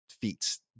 feats